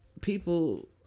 people